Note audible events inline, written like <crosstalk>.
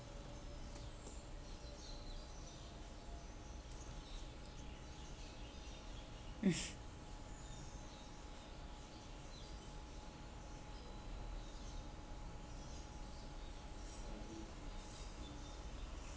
<laughs>